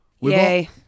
Yay